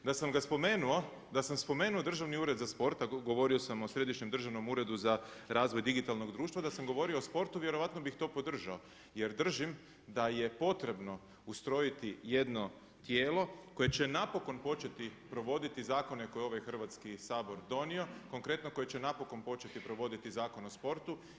Da sam ga spomenuo, da sam spomenuo Državni ured za sport a govorio sam o Središnjem državnom uredu za razvoj digitalnog društva, da sam govorio o sportu, vjerojatno bih to podržao jer držim da je potrebno ustrojiti jedno tijelo koje će napokon početi provoditi zakone koje je ovaj Hrvatski sabor donio, konkretno koje će napokon početi provoditi Zakon o sportu.